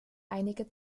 einige